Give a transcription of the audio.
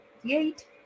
create